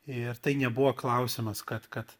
ir tai nebuvo klausimas kad kad